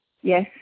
Yes